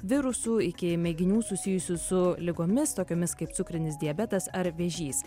virusų iki mėginių susijusių su ligomis tokiomis kaip cukrinis diabetas ar vėžys